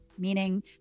meaning